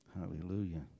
Hallelujah